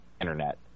internet